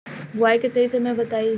बुआई के सही समय बताई?